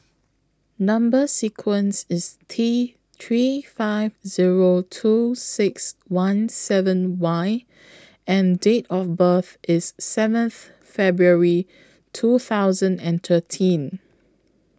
Number sequence IS T three five Zero two six one seven Y and Date of birth IS seventh February two thousand and thirteen